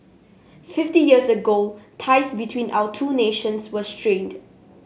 fifty years ago ties between our two nations were strained